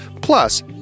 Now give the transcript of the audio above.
Plus